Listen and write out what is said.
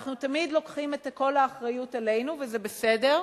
אנחנו תמיד לוקחים את כל האחריות עלינו וזה בסדר,